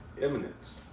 Eminence